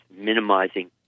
minimizing